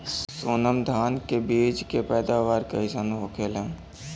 सोनम धान के बिज के पैदावार कइसन होखेला?